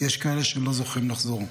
יש כאלה שלא זוכים לחזור.